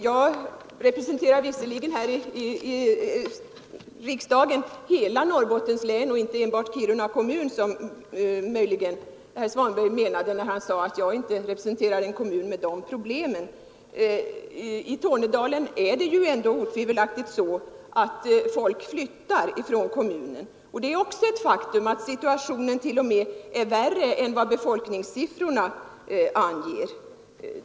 Jag representerar här i riksdagen hela Norrbottens län, och inte enbart Kiruna kommun, som herr Svanberg möjligen menade när han sade att jag inte representerar en kommun med de problemen. Det är ett faktum att situationen i Pajala kommun t.o.m. är värre än vad befolkningssiffrorna anger.